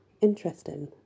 Interesting